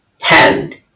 hand